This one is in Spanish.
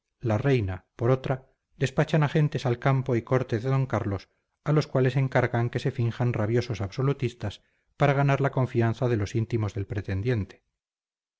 la reina por otra despachan agentes al campo y corte de don carlos a los cuales encargan que se finjan rabiosos absolutistas para ganar la confianza de los íntimos del pretendiente